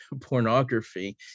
pornography